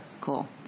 Cool